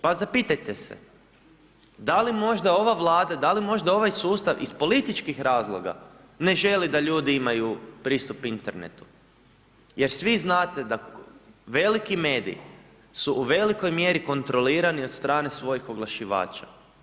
Pa zapitajte se da li možda ova Vlada, da li možda ovaj sustav iz političkih razloga ne želi da ljudi imaju pristup internetu, jer svi znate da veliki mediji su u velikoj mjeri kontrolirani od strane svojih oglašivača.